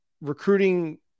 recruiting